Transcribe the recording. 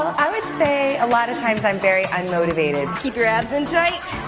i would say a lot of times i'm very unmotivated. keep your abs in tight.